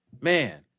man